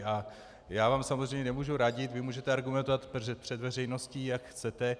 A já vám samozřejmě nemohu radit, vy můžete argumentovat před veřejností, jak chcete.